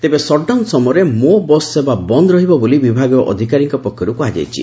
ତେବେ ସଟ୍ଡାଉନ ସମୟରେ ମୋ ବସ୍ ସେବା ବନ୍ଦ ରହିବ ବୋଲି ବିଭାଗୀୟ ଅଧିକାରୀଙ୍କ ପକ୍ଷରୁ କୁହାଯାଇଛି